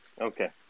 Okay